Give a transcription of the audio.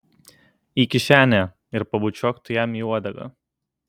į kišenę ir pabučiuok tu jam į uodegą